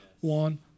one